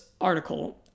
article